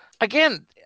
again